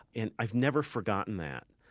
and i've never forgotten that.